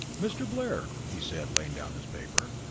mr. blair, he said, laying down his paper,